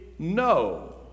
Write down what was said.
No